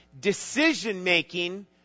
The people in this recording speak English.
decision-making